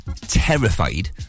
terrified